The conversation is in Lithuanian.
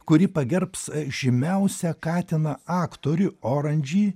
kuri pagerbs žymiausią katiną aktorių orangey